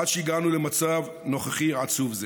עד שהגענו למצב נוכחי ועצוב זה.